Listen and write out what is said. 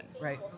Right